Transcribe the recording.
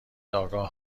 آگاه